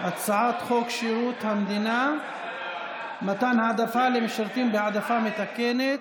הצעת חוק שירות המדינה (מתן העדפה למשרתים בהעדפה מתקנת)